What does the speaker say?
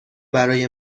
برای